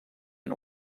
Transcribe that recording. and